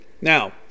Now